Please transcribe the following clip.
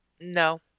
No